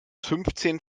fünfzehn